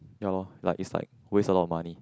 ya lor like is like waste a lot of money